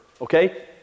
okay